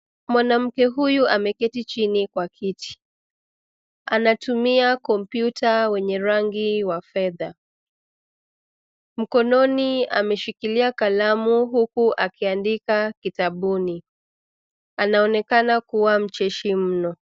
Mwanamke huyu ameketi chini kwa kiti. Anatumia kompyuta wenye rangi wa fedha. Mkononi ameshikilia kalamu huku akiandika kitabuni. Anaonekana kuwa mcheshi mno.